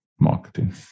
marketing